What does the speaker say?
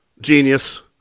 genius